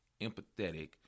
empathetic